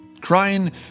crying